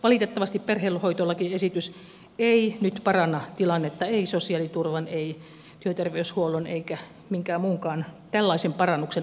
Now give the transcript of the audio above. valitettavasti perhehoitolakiesitys ei nyt paranna tilannetta ei sosiaaliturvan ei työterveyshuollon eikä minkään muunkaan tällaisen parannuksen osalta